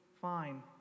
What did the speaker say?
fine